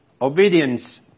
Obedience